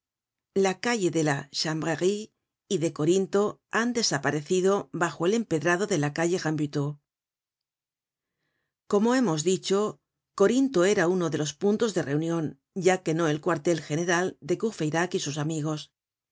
la calle de la chanvrerie y de corinto han desaparecido bajo el empedrado de la calle rambuteau como hemos dicho corinto era uno de los puntos de reunion ya que no el cuartel general de courfeyrac y sus amigos